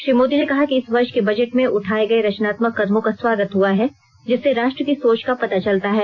श्री मोदी ने कहा कि इस वर्ष के बजट में उठाए गए रचनात्मक कदमों का स्वागत हुआ है जिससे राष्ट्र की सोच का पता चलता है